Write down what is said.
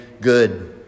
good